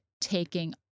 taking